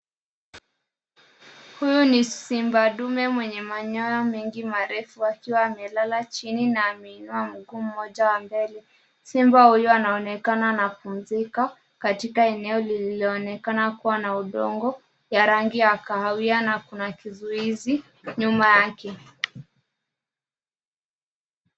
Huyu ni simba ndume mwenye manyoya mengi marefu akiwa amelala chini na ameinua mguu mmoja wa mbele. Simba huyu anaonekana anapumzika katika eneo lililo onekana kuwa na udongo ya rangi ya kahawia na kuna kizuizi nyuma yake.